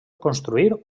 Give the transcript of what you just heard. construir